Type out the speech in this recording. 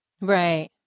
Right